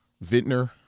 vintner